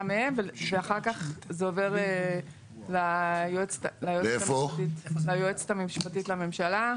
מהם ואחר כך זה עובר ליועצת המשפטית לממשלה.